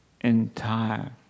entire